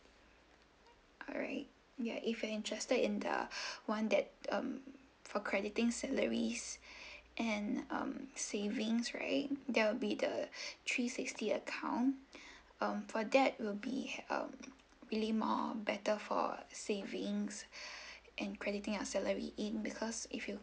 alright ya if you're interested in the one that um for crediting salaries and um savings right that will be the three sixty account um for that will be um really more better for savings and crediting your salary in because if you